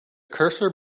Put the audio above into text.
cursor